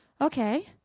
okay